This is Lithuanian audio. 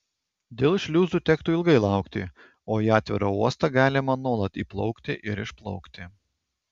dėl šliuzų tektų ilgai laukti o į atvirą uostą galima nuolat įplaukti ir išplaukti